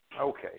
Okay